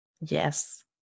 Yes